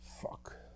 Fuck